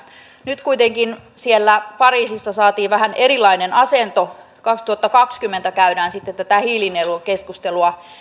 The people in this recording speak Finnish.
nyt kuitenkin siellä pariisissa saatiin vähän erilainen asento kaksituhattakaksikymmentä käydään sitten tätä hiilinielukeskustelua